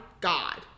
god